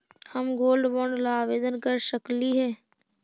हम gold bond ला आवेदन कर सकली हे?